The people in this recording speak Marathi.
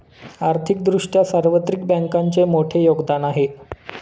आर्थिक दृष्ट्या सार्वत्रिक बँकांचे मोठे योगदान आहे